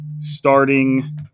Starting